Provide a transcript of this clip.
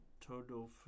total